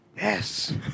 Yes